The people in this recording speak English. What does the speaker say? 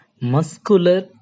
Muscular